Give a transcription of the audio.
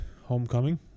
Homecoming